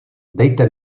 dejte